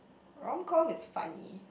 romcom is funny